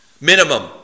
Minimum